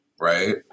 Right